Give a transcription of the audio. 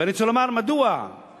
ואני רוצה לומר מדוע הדברים